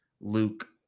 Luke